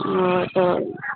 तो